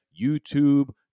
YouTube